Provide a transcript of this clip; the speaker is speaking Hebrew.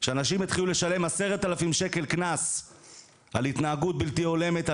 שאנשים יתחילו לשלם 10,000 שקל קנס על התנהגות בלתי הולמת,